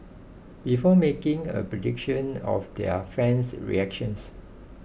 before making a prediction of their fan's reactions